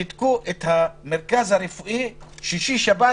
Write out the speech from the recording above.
שיתקו את המרכז הרפואי שישי-שבת,